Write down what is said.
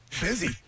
Busy